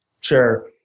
Sure